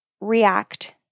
react